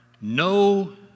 no